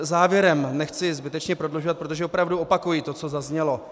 Závěrem, nechci zbytečně prodlužovat, protože opravdu opakuji, co zaznělo.